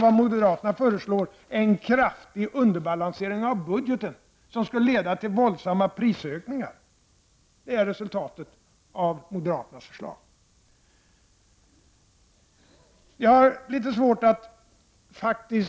Vad moderaterna föreslår är en kraftig underbalansering av budgeten, som skulle leda till våldsamma prisökningar. Det är resultatet av moderaternas förslag. Jag har faktiskt litet svårt att